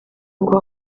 ngo